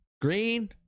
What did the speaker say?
green